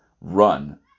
run